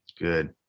Good